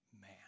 man